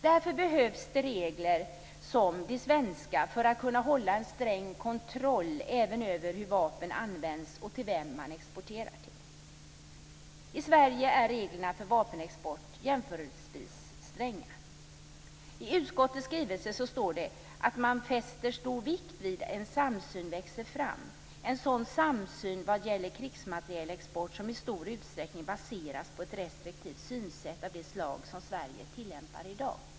Därför behövs det regler som de svenska för att kunna hålla en sträng kontroll även över hur vapen används och över vem man exporterar till. I Sverige är reglerna för vapenexport jämförelsevis stränga. I utskottets skrivning står det att man fäster stor vikt vid att en samsyn växer fram, en sådan samsyn vad gäller krigsmaterielexport som i stor utsträckning baseras på ett restriktivt synsätt av det slag som Sverige tillämpar i dag.